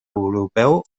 europeu